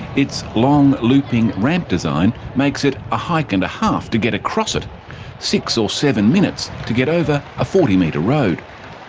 its long looping ramp design makes it a hike and a half to get across it six or seven minutes to get over a forty metre road.